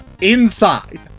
inside